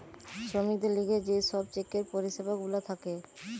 শ্রমিকদের লিগে যে সব চেকের পরিষেবা গুলা থাকে